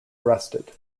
arrested